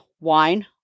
wine